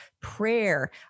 prayer